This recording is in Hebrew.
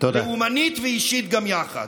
לאומנית ואישית גם יחד.